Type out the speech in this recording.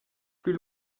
plus